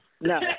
No